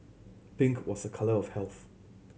pink was a colour of health